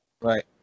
Right